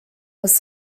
was